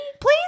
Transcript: please